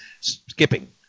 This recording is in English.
skipping